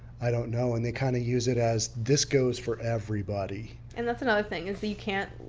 i don't know, and they kind of use it as this goes for everybody. and that's another thing is that you can't.